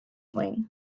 wing